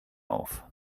auf